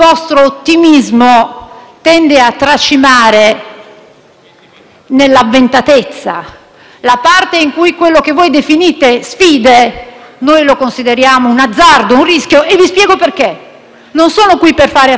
nell'avventatezza; quella parte in cui quelle che definite «sfide» sono da noi considerate un azzardo, un rischio; e vi spiego perché. Non sono qui per fare affermazioni apodittiche; ognuno di noi ha portato la sua motivazione e anche noi lo faremo.